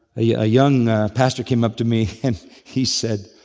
a young pastor came up to me and he said,